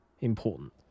important